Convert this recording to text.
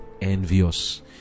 envious